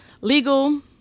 legal